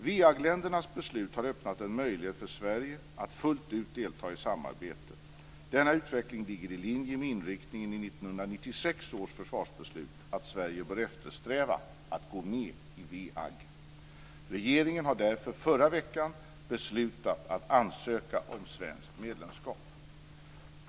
WEAG-ländernas beslut har öppnat en möjlighet för Sverige att fullt ut delta i samarbetet. Denna utveckling ligger i linje med inriktningen i 1996 års försvarsbeslut, att Sverige bör eftersträva att gå med i WEAG. Regeringen har därför förra veckan beslutat att ansöka om svenskt medlemskap.